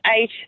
eight